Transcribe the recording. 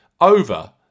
over